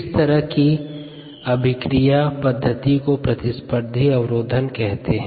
इस तरह की अभिक्रिया पद्धति को प्रतिस्पर्धी अवरोधन कहलाती है